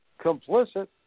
complicit